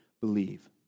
believe